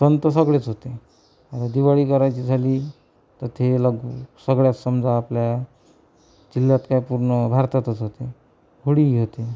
सण तर सगळेच होते आता दिवाळी करायची झाली तर त्याला सगळ्याच समजा आपल्या जिल्ह्यात काय पूर्ण भारतातच होते होळीही होते